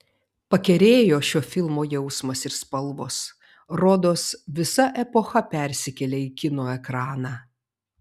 pakerėjo šio filmo jausmas ir spalvos rodos visa epocha persikėlė į kino ekraną